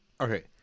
Okay